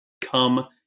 come